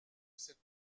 cette